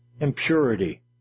Impurity